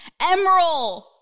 Emerald